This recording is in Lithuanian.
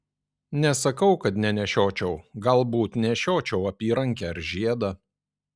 nesakau kad nenešiočiau galbūt nešiočiau apyrankę ar žiedą